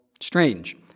strange